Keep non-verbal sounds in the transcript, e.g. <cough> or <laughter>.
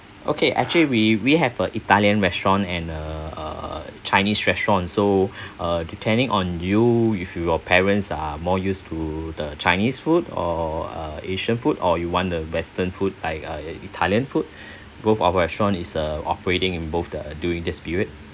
okay actually we we have a italian restaurant and uh uh chinese restaurant so <breath> depending on you if your parents are more used to the chinese food or uh asian food or you want the western food i~ i~ italian food <breath> both our restaurant is uh operating in both uh during this period